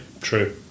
True